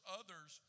others